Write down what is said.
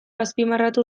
azpimarratu